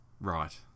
Right